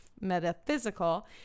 metaphysical